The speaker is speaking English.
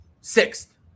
Sixth